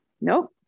nope